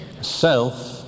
self